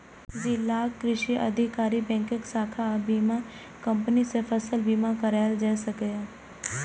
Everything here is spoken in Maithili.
जिलाक कृषि अधिकारी, बैंकक शाखा आ बीमा कंपनी सं फसल बीमा कराएल जा सकैए